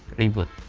reboot